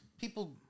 People